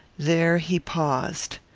there he paused.